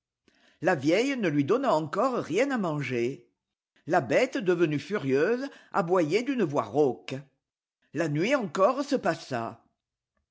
la vieille ne lui donna encore rien à manger la béte devenue furieuse aboyait d'une voix rauque la nuit encore se passa